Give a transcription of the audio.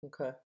Okay